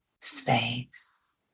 space